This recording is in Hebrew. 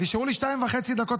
נשארו לי 2.5 דקות,